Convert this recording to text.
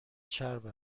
چرب